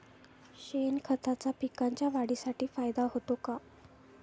शेणखताचा पिकांच्या वाढीसाठी फायदा होतो का?